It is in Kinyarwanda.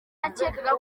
nakekaga